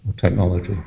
technology